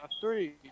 three